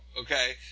okay